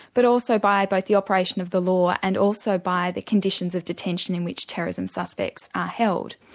but also by both the operation of the law and also by the conditions of detention in which terrorism suspects are held.